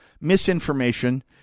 Misinformation